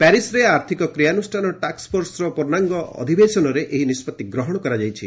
ପ୍ୟାରିସରେ ଆର୍ଥିକ କ୍ରିୟାନୁଷ୍ଠାନ ଟାସ୍କଫୋର୍ସର ପର୍ଶ୍ଣାଙ୍ଗ ଅଧିବେଶନରେ ଏହି ନିଷ୍କଭି ଗ୍ରହଣ କରାଯାଇଛି